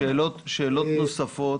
שאלות נוספות.